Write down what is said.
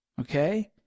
okay